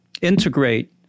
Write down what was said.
integrate